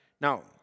Now